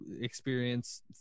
experience